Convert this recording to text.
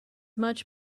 much